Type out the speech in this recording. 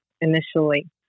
initially